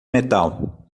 metal